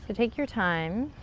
take your time